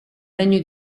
regno